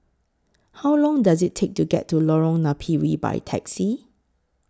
How Long Does IT Take to get to Lorong Napiri By Taxi